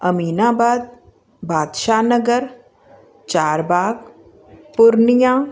Aminabad Badshah Nagar Charbagh तुर्निया